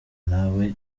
nawe